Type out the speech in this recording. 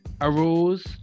arose